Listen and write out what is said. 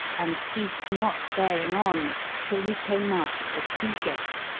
and ceased not faring on till he came out at the sea gate,